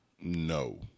No